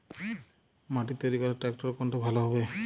মাটি তৈরি করার ট্রাক্টর কোনটা ভালো হবে?